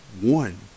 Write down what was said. One